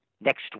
Next